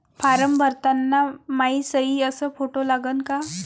Form भरताना मायी सयी अस फोटो लागन का?